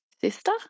sister